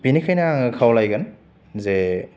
बेनिखायनो आङो खावलायगोन जे